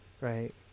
right